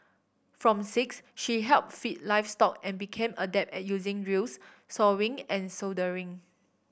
from six she helped feed livestock and became adept at using drills sawing and soldering